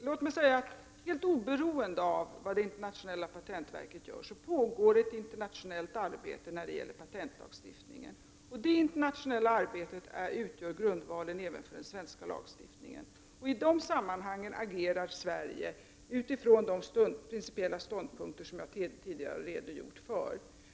Fru talman! Helt oberoende av vad det internationella patentverket gör pågår det ett internationellt arbete när det gäller patentlagstiftningen. Det internationella arbetet utgör grundvalen även för den svenska lagstiftningen. I de sammanhangen agerar Sverige utifrån de principiella ståndpunkter som jag tidigare har redogjort för.